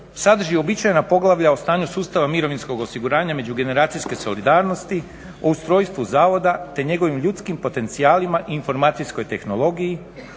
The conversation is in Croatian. sadrži uobičajena poglavlja o stanju sustava mirovinskog osiguranja, međugeneracijske solidarnosti, o ustrojstvu Zavoda, te njegovim ljudskim potencijalima i informacijskoj tehnologiji,